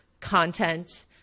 content